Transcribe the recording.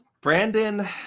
Brandon